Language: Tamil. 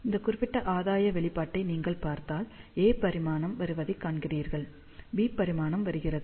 இந்த குறிப்பிட்ட ஆதாய வெளிப்பாட்டை நீங்கள் பார்த்தால் ஏ பரிமாணம் வருவதைக் காண்கிறீர்கள் பி பரிமாணம் வருகிறது